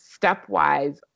stepwise